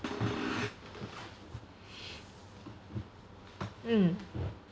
mm